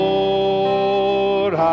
Lord